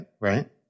right